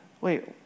Wait